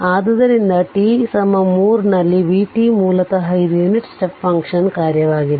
ಆದ್ದರಿಂದ t 3 ನಲ್ಲಿ v t ಮೂಲತಃ ಇದು ಯುನಿಟ್ ಸ್ಟೆಪ್ ಫಂಕ್ಷನ್ನ ಕಾರ್ಯವಾಗಿದೆ